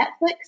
Netflix